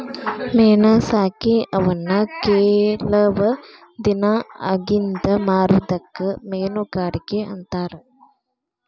ಮೇನಾ ಸಾಕಿ ಅವನ್ನ ಕೆಲವ ದಿನಾ ಅಗಿಂದ ಮಾರುದಕ್ಕ ಮೇನುಗಾರಿಕೆ ಅಂತಾರ